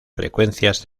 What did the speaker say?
frecuencias